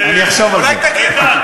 אולי תגיד.